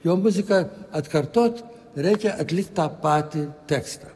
jo muzika atkartot reikia atlikt tą patį tekstą